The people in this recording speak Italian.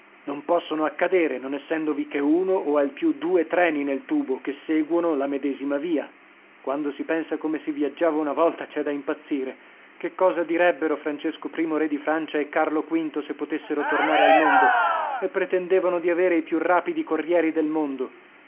non possono accadere non essendovi che uno o al più due treni nel tubo che seguono la medesima via quando si pensa come si viaggiava una volta c'è da impazzire che cosa direbbero francesco i re di francia e carlo v se potessero tornare al mondo e pretendevano di avere i più rapidi corrieri del mondo